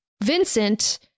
Vincent